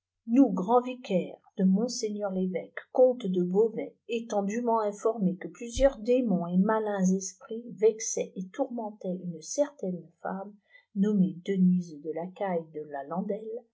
pas grands vicaires do monseigneur l'évêque comte de béauvais élant dûment informes que plusieurs démons et malim its vexaient et tourmentaient une certaine femme nombftée denysede lacaille de la landelle